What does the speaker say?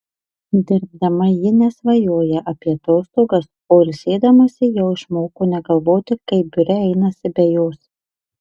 dirbdama ji nesvajoja apie atostogas o ilsėdamasi jau išmoko negalvoti kaip biure einasi be jos